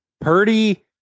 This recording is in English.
Purdy